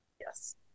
Yes